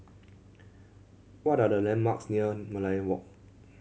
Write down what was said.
what are the landmarks near Merlion Walk